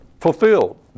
fulfilled